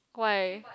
why